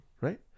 right